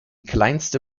kleinste